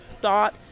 thought